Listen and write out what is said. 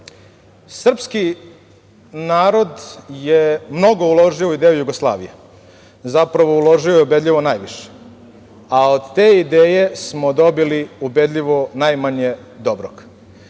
narod je mnogo uložio u ideju Jugoslavije, zapravo uložio je ubedljivo najviše, a od te ideje smo dobili ubedljivo najmanje dobrog. Naša